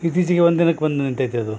ಇತ್ತೀಚಿಗೆ ಒಂದು ದಿನಕ್ಕೆ ಬಂದು ನಿಂತೈತೆ ಅದು